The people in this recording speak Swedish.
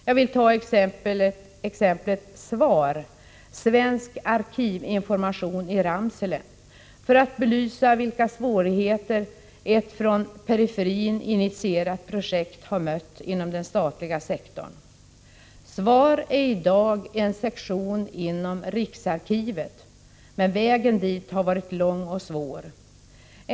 Jag vill ta exemplet SVAR, Svensk Arkivinformation i Ramsele, för att belysa vilka svårigheter ett från periferin initierat projekt har mött inom den statliga sektorn. SVAR är i dag en sektion inom riksarkivet, men vägen dit har varit lång och svår.